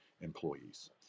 employees